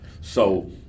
So-